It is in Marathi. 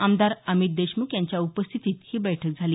आमदार अमित देशमुख यांच्या उपस्थितीत ही बैठक झाली